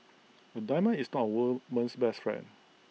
A diamond is not woman's best friend